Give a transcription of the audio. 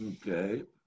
Okay